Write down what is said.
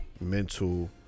mental